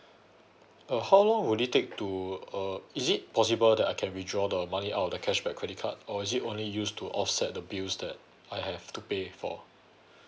uh how long will it take to uh is it possible that I can withdraw the money out of the cashback credit card or is it only used to offset the bills that I have to pay for